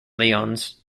lyons